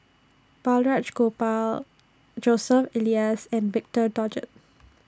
Balraj Gopal Joseph Elias and Victor Doggett